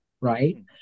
right